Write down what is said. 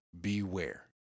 beware